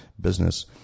business